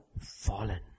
fallen